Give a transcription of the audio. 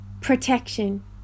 Protection